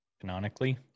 Canonically